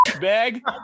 bag